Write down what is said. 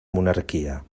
monarquia